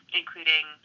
including